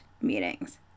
meetings